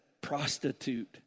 prostitute